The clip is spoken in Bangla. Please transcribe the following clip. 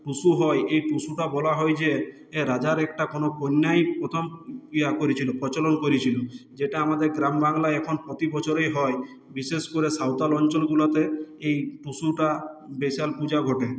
টুসু হয় এই টুসুটা বলা হয় যে রাজার একটা কোনো কন্যাই প্রথম ইয়া করেছিলো প্রচলন করেছিলো যেটা আমাদের গ্রাম বাংলায় এখন প্রতি বছরই হয় বিশেষ করে সাঁওতাল অঞ্চলগুলাতে এই টুসুটা বেশাল পূজা বটে